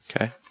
Okay